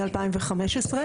מ-2015.